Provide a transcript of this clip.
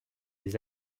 des